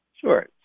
Sure